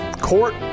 court